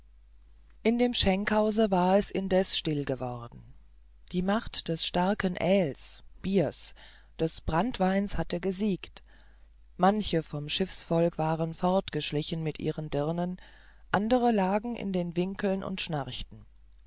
in dem schenkhause war es indessen still worden die macht des starken aehls biers des branntweins hatte gesiegt manche vom schiffsvolk waren fortgeschlichen mit ihren dirnen andere lagen in den winkeln und schnarchten